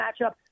matchup